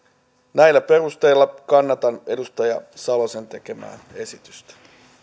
näillä perusteilla kannatan edustaja salosen tekemää esitystä